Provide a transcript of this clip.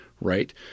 right